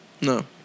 No